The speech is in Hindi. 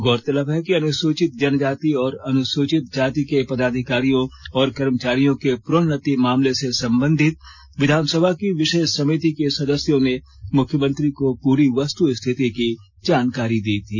गौरतलब है कि अनुसूचित जनजाति और अनुसूचित जाति के पदाधिकारियों और कर्मचारियों के प्रोन्नति मामले से संबंधित विधानसभा की विशेष समिति के सदस्यों ने मुख्यमंत्री को पूरी वस्तुस्थिति की जानकारी दी